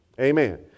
amen